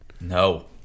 No